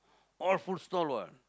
all food stall what